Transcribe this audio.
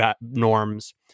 norms